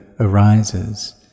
Arises